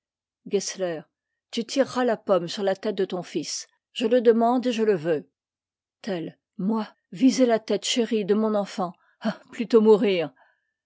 tu tireras la pomme sur la tête de ton fils je le demande et je le veux tell moi viser la tête chérie de mon enfant ah plutôt mourir